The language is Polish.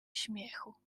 śmiechu